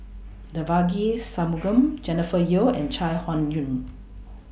Devagi Sanmugam Jennifer Yeo and Chai Hon Yoong